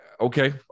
okay